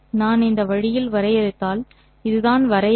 நான் இந்த வழியில் வரையறுத்தால் இதுதான் வரையறை